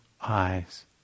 eyes